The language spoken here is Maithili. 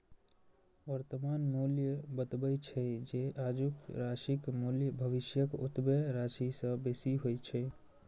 वर्तमान मूल्य बतबै छै, जे आजुक राशिक मूल्य भविष्यक ओतबे राशि सं बेसी होइ छै